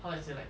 how is it like